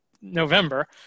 November